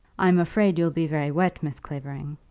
i'm afraid you'll be very wet, miss clavering.